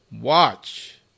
watch